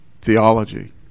theology